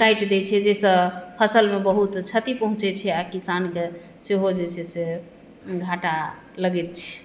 काटि दैत छै जाहिसँ फसलमे बहुत क्षति पहुँचैत छै आ किसानके सेहो जे छै से घाटा लगैत छै